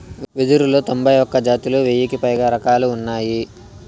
వెదురులో తొంభై ఒక్క జాతులు, వెయ్యికి పైగా రకాలు ఉన్నాయి